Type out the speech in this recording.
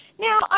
Now